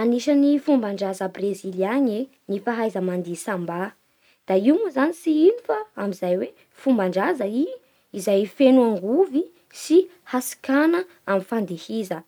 Anisan'ny fomban-draza brezila agny e ny fahaiza mandihy sambà. Da io moa zany tsy ino fa amin'izay hoe fomban-draza i izay feno angovy sy hatsikàna amin'ny fandihiza.